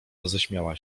roześmiała